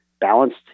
balanced